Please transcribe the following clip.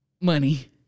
Money